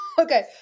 Okay